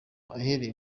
ahereye